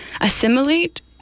assimilate